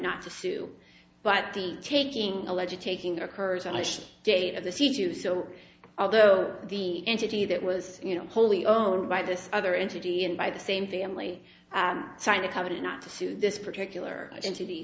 not to sue but the taking a legit taking occurs and date of the sea to do so although the entity that was you know wholly owned by this other entity and by the same family i signed a covenant not to sue this particular entity